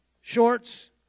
shorts